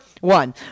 One